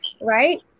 right